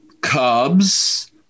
Cubs